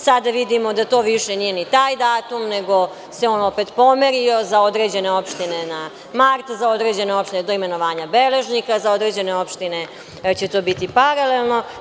Sada vidimo da to više nije ni taj datum nego se on opet pomerio za određene opštine na mart, za određene opštine do imenovanja beležnika, za određene opštine će to biti paralelno.